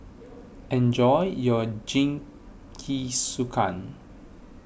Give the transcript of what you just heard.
enjoy your Jingisukan